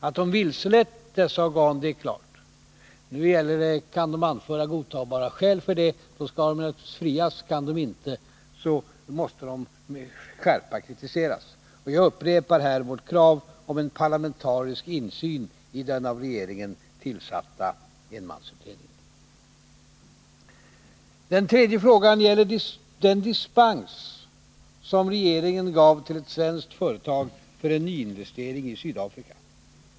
Att de vilselett dessa organ är klart. Nu gäller det om de kan anföra godtagbara skäl härför. Då skall de naturligtvis frias. Kan de inte göra det, måste de med skärpa kritiseras. Jag upprepar här vårt krav om en parlamentarisk insyn i den av Den tredje frågan gäller den dispens som regeringen gav till ett svenskt företag för nyinvestering i Sydafrika.